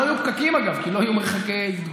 לא יהיו פקקים, אגב, כי לא יהיו מרחקי תגובה.